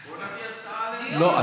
לא,